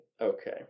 okay